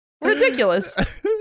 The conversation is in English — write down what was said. Ridiculous